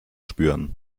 spüren